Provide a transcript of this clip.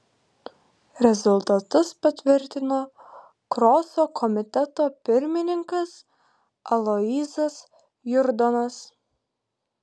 rezultatus patvirtino kroso komiteto pirmininkas aloyzas jurdonas